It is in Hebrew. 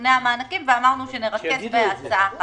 מתיקוני המענקים ואמרנו שנרכז בהצעה אחת.